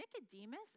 Nicodemus